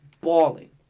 Balling